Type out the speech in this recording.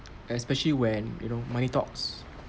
especially when you know money talks